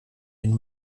den